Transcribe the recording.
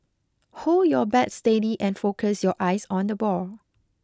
hold your bat steady and focus your eyes on the ball